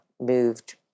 moved